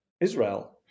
Israel